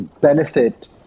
benefit